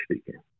speaking